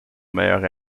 meilleur